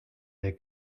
der